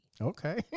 Okay